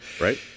right